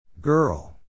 Girl